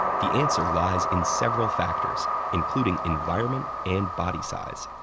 the answer lies in several factors, including environment and body size.